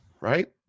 right